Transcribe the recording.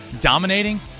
dominating